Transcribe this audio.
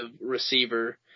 receiver